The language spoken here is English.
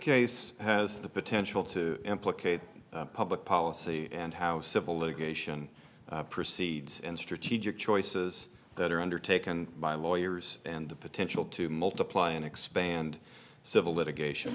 case has the potential to implicate public policy and how civil litigation proceeds and strategic choices that are undertaken by lawyers and the potential to multiply and expand civil litigation